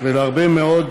ולהרבה מאוד